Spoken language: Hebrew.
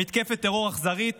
במתקפת טרור אכזרית